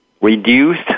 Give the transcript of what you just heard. reduced